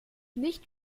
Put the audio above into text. nicht